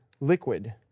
liquid